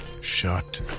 Shut